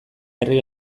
herri